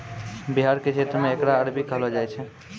बिहार के क्षेत्र मे एकरा अरबी कहलो जाय छै